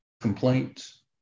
complaints